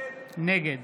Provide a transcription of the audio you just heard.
נגד